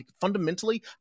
Fundamentally